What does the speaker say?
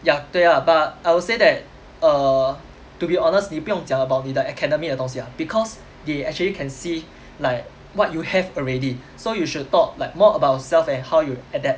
ya 对 ah but I would say that err to be honest 你不用讲 about 你的 academic 的东西 ah because they actually can see like what you have already so you should talk like more about yourselves and how you adapt